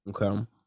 Okay